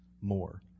more